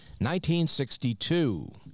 1962